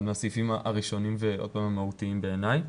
זה אחד הסעיפים הראשונים והמהותיים בעיניי.